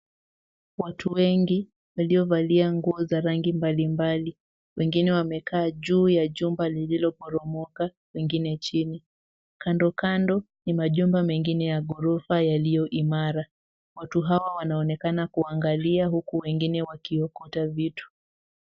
Watu wengi waliovalia nguo za rangi mbali mbali. wengine wamekaa juu ya jumba lililoporomoka, wengine chini. Kando kando ni majumba mengine ya ghorofa yaliyoimara. Watu hawa wanaonekaana kuangalia huku wengine wakiokota vitu.